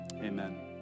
Amen